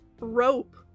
rope